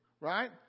Right